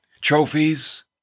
Trophies